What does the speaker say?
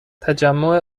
تجمع